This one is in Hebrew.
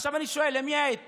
עכשיו, אני שואל: למי העד פונה?